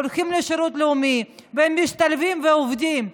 הם הולכים לשירות לאומי והם משתלבים ועובדים.